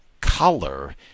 color